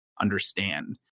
understand